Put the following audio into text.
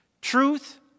truth